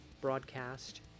broadcast